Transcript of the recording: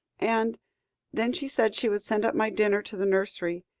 and then she said she would send up my dinner to the nursery.